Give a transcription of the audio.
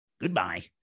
Goodbye